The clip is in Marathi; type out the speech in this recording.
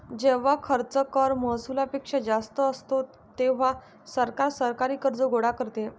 जेव्हा खर्च कर महसुलापेक्षा जास्त असतो, तेव्हा सरकार सरकारी कर्ज गोळा करते